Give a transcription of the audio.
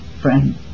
friend